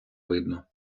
видно